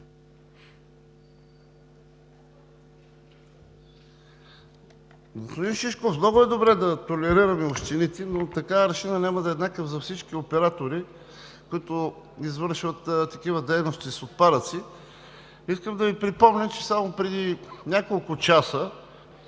Господин Шишков, много е добре да толерираме общините, но така аршинът няма да е еднакъв за всички оператори, които извършват такива дейности с отпадъци. Искам да Ви припомня, че само преди няколко часа